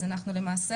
אז למעשה,